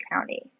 County